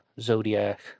Zodiac